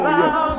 yes